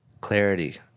clarity